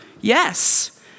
yes